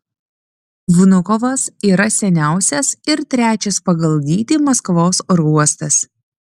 vnukovas yra seniausias ir trečias pagal dydį maskvos oro uostas